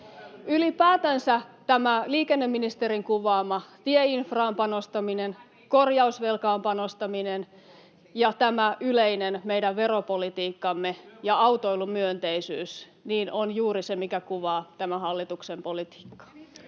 Ylipäätänsä tämä liikenneministerin kuvaama tieinfraan panostaminen, korjausvelkaan panostaminen ja tämä meidän yleinen veropolitiikkamme ja autoilumyönteisyys ovat juuri sitä, mikä kuvaa tämän hallituksen politiikkaa.